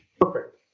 Perfect